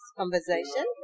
conversation